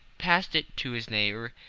passed it to his neighbour,